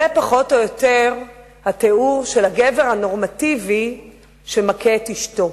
זה פחות או יותר התיאור של הגבר הנורמטיבי שמכה את אשתו